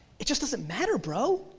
it just doesn't matter bro.